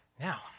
Now